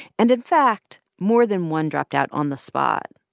and, in fact, more than one dropped out on the spot,